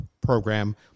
program